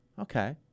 Okay